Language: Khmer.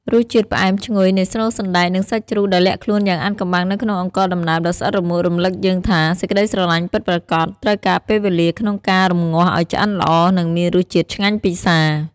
រសជាតិផ្អែមឈ្ងុយនៃស្នូលសណ្ដែក និងសាច់ជ្រូកដែលលាក់ខ្លួនយ៉ាងអាថ៌កំបាំងនៅក្នុងអង្ករដំណើបដ៏ស្អិតរមួត រំលឹកយើងថា សេចក្ដីស្រឡាញ់ពិតប្រាកដត្រូវការពេលវេលាក្នុងការរម្ងាស់ឱ្យឆ្អិនល្អ និងមានរសជាតិឆ្ងាញ់ពិសា។